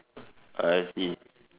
I see